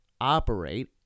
operate